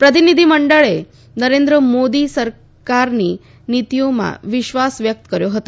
પ્રતિનિધિમંડળમંડળે નરેન્દ્ર મોદી સરકારની નીતિઓમાં વિશ્વાસ વ્યક્ત કર્યો હતો